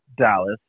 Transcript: Dallas